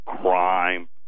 crime